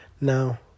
Now